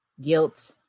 guilt